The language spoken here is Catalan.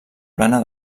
plana